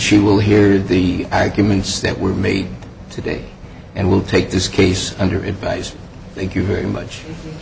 she will hear the arguments that were made today and will take this case under advice thank you very m